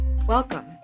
Welcome